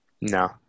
No